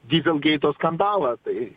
dyzel geito skandalą tai